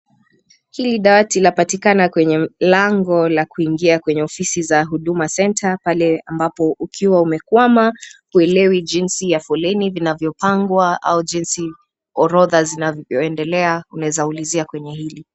Hili dawati lapatikana kwenye lango la kuingia kwenye ofisi za huduma centre pale ambapo ukiwa umekwama huelewi jinsi ya foleni vinavyopangwa au jinsi orodha zinavyoendelea unaweza ulizia kwenye hili.